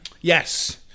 Yes